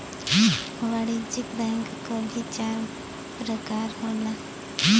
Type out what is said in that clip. वाणिज्यिक बैंक क भी चार परकार होला